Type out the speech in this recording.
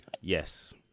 Yes